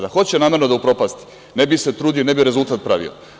Da hoće namerno da upropasti, ne bi se trudio i ne bi rezultat pravi.